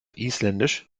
isländisch